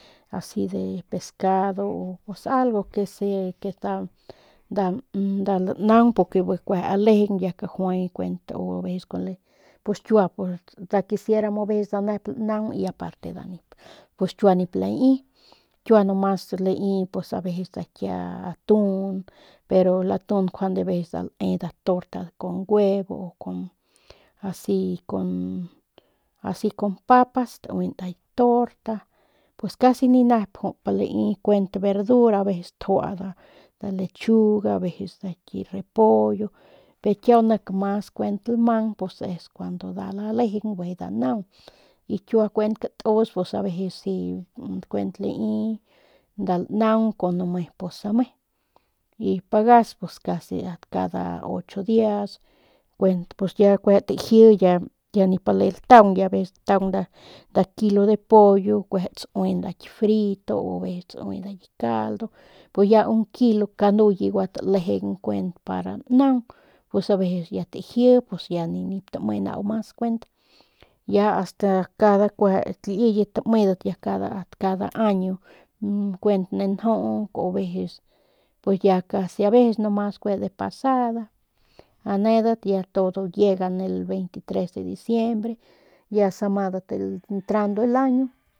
Asi de pescado o algo asi que nda nda lanaung porque bi kueje lejeng ya kajuay kuent o aveces kul le pues kiua nda quisiera nda aveces nda nep lanaung y aparte nda nip pues kiua nip lai kiua nomas lai pus ki aveces nda ki atun pero el atun njuande aveces nda lae nda torta con huevo o asi con asi con papas tauin nda ki torta pues casi ni nep jut pe lai kuent verdura aveces tjua nda lechuga aveces nda ki repollo pero kiau nep mas kuent lamang pues es kuando nda lalejeng bijiy nda naung y kiua kuent katus si kuent lai nda lanaug kun ame pus ame y pagas pus casi ast cada ocho dias kuent pus ya kueje ki taji ya nip bale ltaung pus ya aveces ltaung nda kilo de pollo kueje ya tsui nda ki frito o aveces tsui nda ki caldo pus ya un kilo kanuye gua talejeng kuent para naug pus aveces ya taji pus ya nip tame mas nau kuent ya ast cada kueje kit liyet tamedat asta cada año kuent ne njuuk o aveces ya casi o veces ya kueje de pasada anedat ya todos llegan el veititres de diciembre ya samadat el entrando el año.